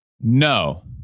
No